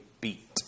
beat